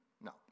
No